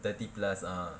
thirty plus ah